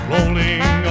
Rolling